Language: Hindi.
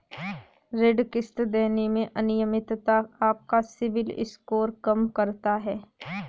ऋण किश्त देने में अनियमितता आपका सिबिल स्कोर कम करता है